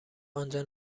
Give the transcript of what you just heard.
آنجا